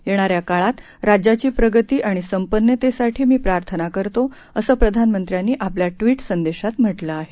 येणाऱ्या काळात राज्याची प्रगती आणि संपन्नतेसाठी मी प्रार्थना करतो असं प्रधानमंत्र्यांनी आपल्या ट्वीट संदेशात म्हटलं आहे